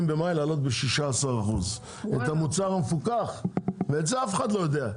להעלות במאי ב-16% את המוצר המפוקח ואף אחד לא ידע.